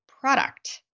product